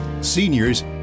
Seniors